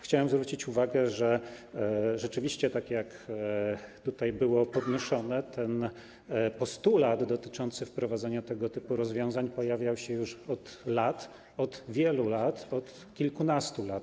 Chciałem zwrócić uwagę, że rzeczywiście, jak tutaj było podnoszone, postulat dotyczący wprowadzenia tego typu rozwiązań pojawiał się już od wielu lat, od kilkunastu lat.